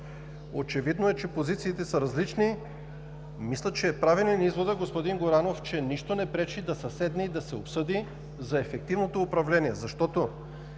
Очевидно е, че позициите са различни. Мисля, че е правилен изводът, господин Горанов, че нищо не пречи да се седне и да се обсъди за ефективното управление. Каквото